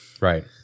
Right